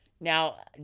Now